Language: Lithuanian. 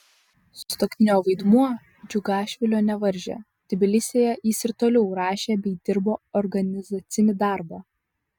sutuoktinio vaidmuo džiugašvilio nevaržė tbilisyje jis ir toliau rašė bei dirbo organizacinį darbą